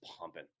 pumping